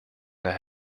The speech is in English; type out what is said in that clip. their